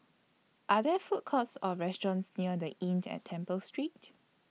Are There Food Courts Or restaurants near The Inn At Temple Street